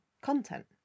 content